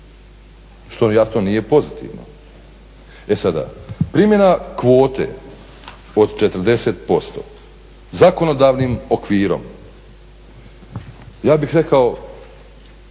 što jasno nije pozitivno. E sada, primjena kvote od 40% zakonodavnim okvirom, ja bih rekao